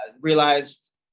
realized